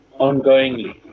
ongoingly